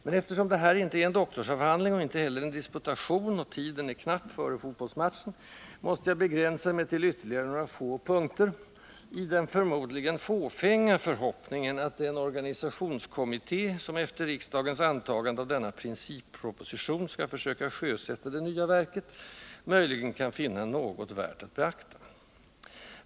Men eftersom det här inte är en doktorsavhandling och inte heller en disputation och tiden är knapp före fotbollsmatchen, måste jag begränsa mig till ytterligare några få punkter, i den — förmodligen fåfänga — förhoppningen att den organisationskommitté som efter riksdagens antagande av denna ”principproposition” skall försöka sjösätta det nya verket möjligen kan finna något värt att beakta.